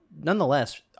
nonetheless